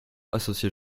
associés